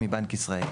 מבנק ישראל.